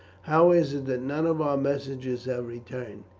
how is it that none of our messengers have returned?